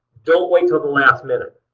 don't wait until the last minute.